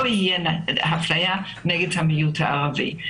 ולא תהיה אפליה נגד המיעוט הערבי.